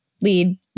lead